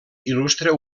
il·lustra